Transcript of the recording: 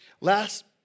Last